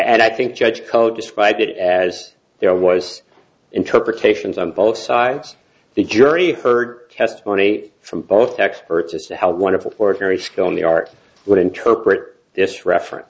and i think judge called described it as there was interpretations on both sides the jury heard testimony from both experts as to how wonderful for a very skilled in the art would interpret this reference